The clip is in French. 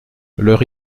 leur